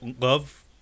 love